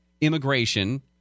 immigration